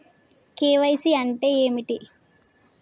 KYC అంటే ఏమిటి?